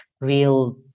real